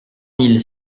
mille